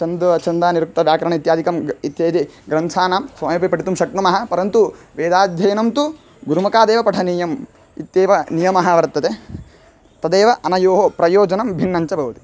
छन्दः छन्दः निरुक्तं व्याकरणम् इत्यादिकं ग् इत्यादीन् ग्रन्थान् स्वयमपि पठितुं शक्नुमः परन्तु वेदाध्ययनं तु गुरुमखादेव पठनीयम् इत्येव नियमः वर्तते तदेव अनयोः प्रयोजनं भिन्नं च भवति